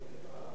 הדברים